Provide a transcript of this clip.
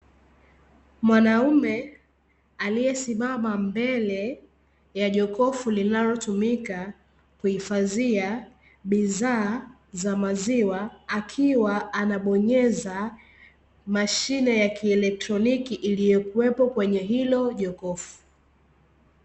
Mwanaume aliyesimama mbele ya jokofu, linalotumika kuhifadhia bidhaa za maziwa, akiwa anabonyeza mashine ya kielektroniki iliyokuwepo kwenye hilo jokofu.